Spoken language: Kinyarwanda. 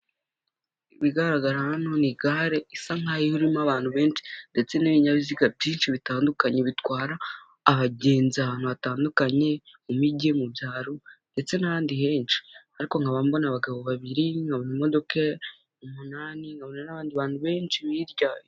Ibigaragara hano ni gare isa nk'aho irimo abantu benshi, ndetse n'ibinyabiziga byinshi bitandukanye bitwara abagenzi ahantu hatandukanye, mu migi mu byaro ndetse n'ahandi henshi. Ariko nkaba mbona abagabo babiri, nkabona imodoka umunani, nkabona n'abandi bantu benshi hirya.